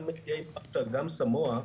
גם איי מרשל וגם סמואה,